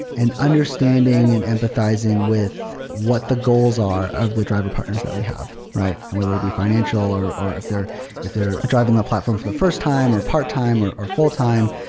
and understanding and empathizing with what the goals are of the driver partners that we have, right? and whether that be financial, or or if they're if they're driving that platform for the first time, or part-time, or or full-time,